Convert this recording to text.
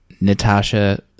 Natasha